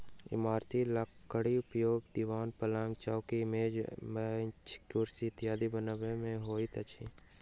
इमारती लकड़ीक उपयोग दिवान, पलंग, चौकी, मेज, बेंच, कुर्सी इत्यादि बनबय मे होइत अछि